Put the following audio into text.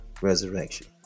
resurrection